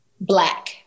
black